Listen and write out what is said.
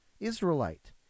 israelite